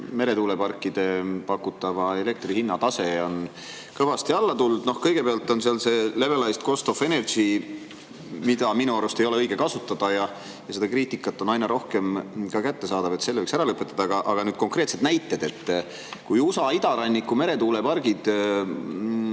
meretuuleparkide pakutava elektri hinna tase on kõvasti alla tulnud. Kõigepealt oli seallevelized cost of energy, mida minu arust ei ole õige kasutada – see kriitika on aina rohkem kättesaadav –, selle võiks ära lõpetada. Aga nüüd konkreetsed näited. USA idaranniku meretuuleparkide